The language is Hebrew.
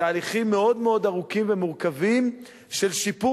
תהליכים מאוד-מאוד ארוכים ומורכבים של שיפור